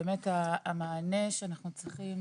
באמת המענה שאנחנו צריכים,